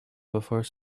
before